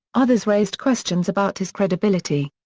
others raised questions about his credibility.